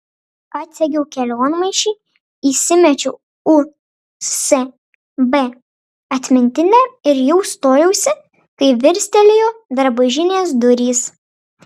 atsegiau kelionmaišį įsimečiau usb atmintinę ir jau stojausi kai virstelėjo drabužinės durys